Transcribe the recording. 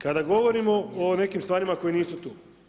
Kada govorimo o nekim stvarima koje nisu tu.